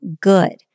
good